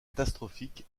catastrophique